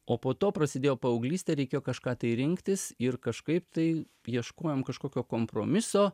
o po to prasidėjo paauglystė reikėjo kažką tai rinktis ir kažkaip tai ieškojom kažkokio kompromiso